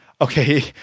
okay